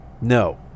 no